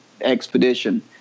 expedition